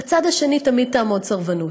בצד השני תמיד תעמוד סרבנות.